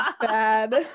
bad